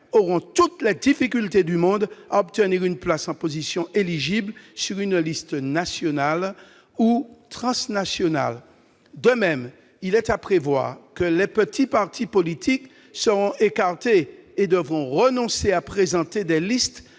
auront toutes les difficultés du monde à obtenir une place en position éligible sur une liste nationale ou transnationale. De même, il est à prévoir que les petits partis politiques seront écartés et devront renoncer à présenter des listes